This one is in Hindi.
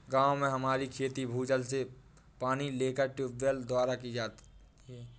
गांव में हमारी खेती भूजल से पानी लेकर ट्यूबवेल द्वारा की जाती है